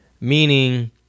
Meaning